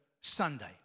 Sunday